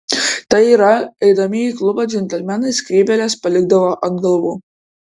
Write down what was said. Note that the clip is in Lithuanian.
tai yra eidami į klubą džentelmenai skrybėles palikdavo ant galvų